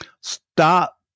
stop